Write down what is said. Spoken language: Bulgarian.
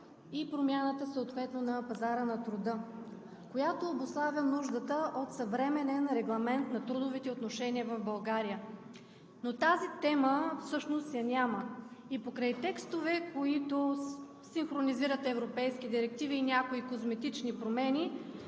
и промяната съответно на пазара на труда, която обуславя нуждата от съвременен регламент на трудовите отношения в България. Тази тема всъщност я няма и покрай текстове, които синхронизират европейски директиви и някои козметични промени,